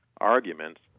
arguments